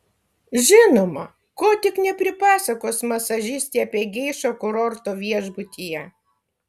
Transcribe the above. žinoma ko tik nepripasakos masažistė apie geišą kurorto viešbutyje